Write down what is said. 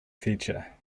feature